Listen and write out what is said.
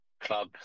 club